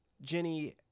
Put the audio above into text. Jenny